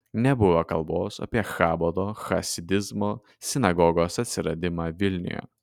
nebuvo kalbos apie chabado chasidizmo sinagogos atsiradimą vilniuje